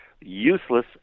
useless